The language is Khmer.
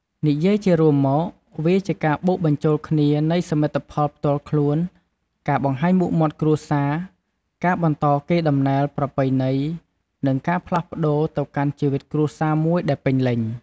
និយាយជារួមមក វាជាការបូកបញ្ចូលគ្នានៃសមិទ្ធផលផ្ទាល់ខ្លួន ការបង្ហាញមុខមាត់គ្រួសារ ការបន្តកេរដំណែលប្រពៃណី និងការផ្លាស់ប្តូរទៅកាន់ជីវិតគ្រួសារមួយដែលពេញលេញ។